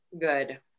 good